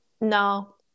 No